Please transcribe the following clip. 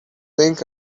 think